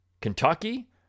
Kentucky